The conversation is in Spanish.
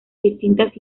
distintas